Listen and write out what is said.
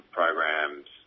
programs